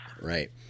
Right